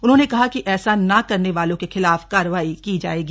उन्होंने कहा कि ऐसा न करने वालों के खिलाफ कार्रवाई की जाएगी